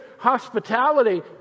hospitality